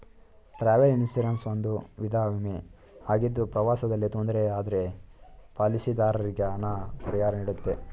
travel insurance ಒಂದು ವಿಧ ವಿಮೆ ಆಗಿದ್ದು ಪ್ರವಾಸದಲ್ಲಿ ತೊಂದ್ರೆ ಆದ್ರೆ ಪಾಲಿಸಿದಾರರಿಗೆ ಹಣ ಪರಿಹಾರನೀಡುತ್ತೆ